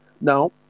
Now